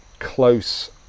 close